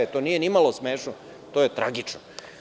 To nije ni malo smešno, to je tragično.